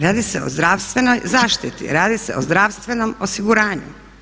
Radi se o zdravstvenoj zaštiti, radi se o zdravstvenom osiguranju.